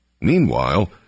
Meanwhile